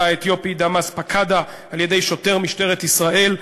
האתיופי דמאס פיקדה על-ידי שוטר משטרת ישראל,